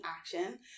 action